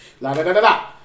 La-da-da-da-da